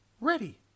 Ready